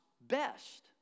best